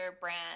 brand